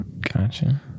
gotcha